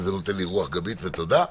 וזה נותן לי רוח גבית ותודה.